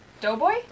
Doughboy